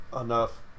enough